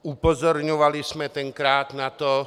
Upozorňovali jsme tenkrát na to.